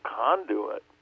conduit